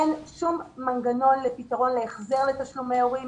אין שום מנגנון לפתרון להחזר תשלומי הורים.